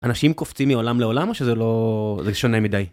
אנשים קופצים מעולם לעולם או שזה לא, זה שונה מדי?